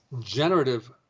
generative